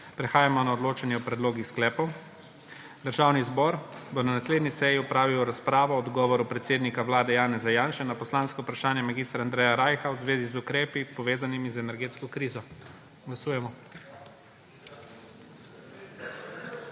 Prehajamo na odločanje o predlogih sklepov. Državni zbor bo na naslednji seji opravil razpravo o odgovoru predsednika Vlade Janeza Janše na poslansko vprašanje mag. Andreja Rajha v zvezi z ukrepi, povezanimi z energetsko krizo. Glasujemo.